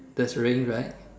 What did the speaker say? that's rain right